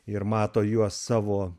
ir mato juos savo